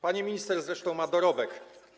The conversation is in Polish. Pani minister zresztą ma dorobek.